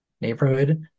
neighborhood